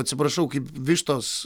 atsiprašau kaip vištos